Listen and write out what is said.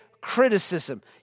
criticism